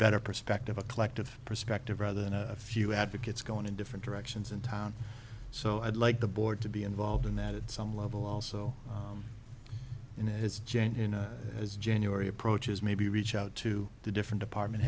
better perspective a collective perspective rather than a few advocates going in different directions in town so i'd like the board to be involved in that at some level also in his jan you know as january approaches maybe reach out to the different department